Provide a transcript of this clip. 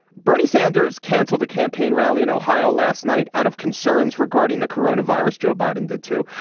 bernie sanders canceled a campaign rally in ohio last night out of concerns regarding the corona virus. joe biden did, too.